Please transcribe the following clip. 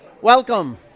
Welcome